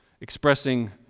expressing